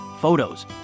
photos